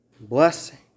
Blessing